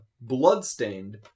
Bloodstained